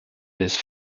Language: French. laisse